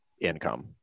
income